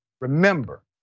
remember